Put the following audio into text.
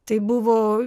tai buvo